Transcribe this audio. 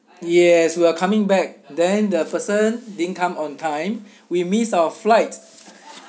yes we are coming back then the person didn't come on time we missed our flight